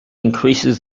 increases